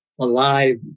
alive